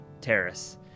Terrace